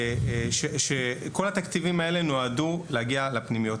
כל התקציבים האלה נועדו להגיע לפנימיות.